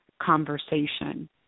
conversation